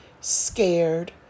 scared